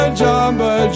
jamba